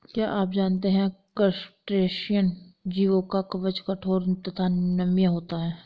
क्या आप जानते है क्रस्टेशियन जीवों का कवच कठोर तथा नम्य होता है?